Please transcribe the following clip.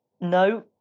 No